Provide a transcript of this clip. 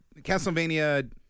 Castlevania